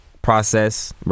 process